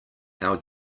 our